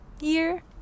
year